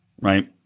right